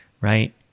right